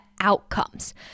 outcomes